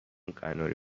قناری